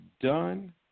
done